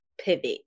pivot